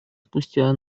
спустя